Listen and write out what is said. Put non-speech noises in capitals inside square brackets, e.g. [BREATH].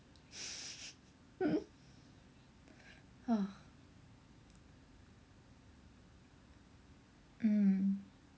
[LAUGHS] mm [BREATH] mm